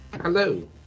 Hello